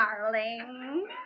darling